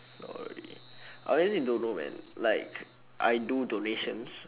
sorry I honestly don't know man like I do donations